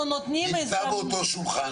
נותנים הזדמנות ----- נמצא באותו שולחן,